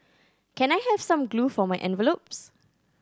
can I have some glue for my envelopes